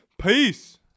Peace